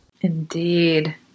Indeed